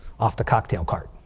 off the cocktail cart.